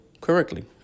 correctly